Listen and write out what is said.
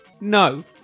No